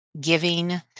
giving